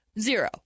Zero